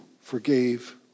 forgave